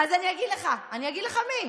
אז אני אגיד לך, אני אגיד לך מי.